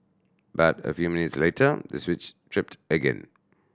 but a few minutes later the switch tripped again